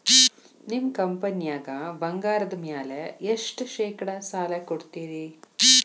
ನಿಮ್ಮ ಕಂಪನ್ಯಾಗ ಬಂಗಾರದ ಮ್ಯಾಲೆ ಎಷ್ಟ ಶೇಕಡಾ ಸಾಲ ಕೊಡ್ತಿರಿ?